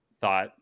thought